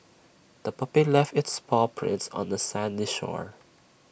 the puppy left its paw prints on the sandy shore